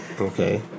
Okay